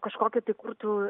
kažkokį tai kurtų